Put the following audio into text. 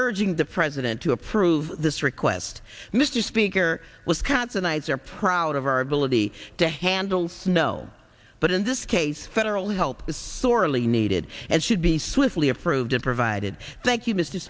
urging the president to approve this request mr speaker wisconsinites are proud of our ability to handle snow but in this case federal help is sorely needed and should be swiftly approved it provided thank you m